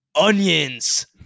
onions